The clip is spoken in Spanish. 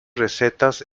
recetas